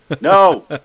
No